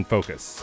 Focus